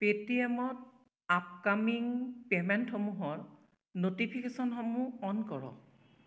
পে'টিএমত আপকামিং পে'মেণ্টসমূহৰ ন'টিফিকেশ্যনসমূহ অ'ন কৰক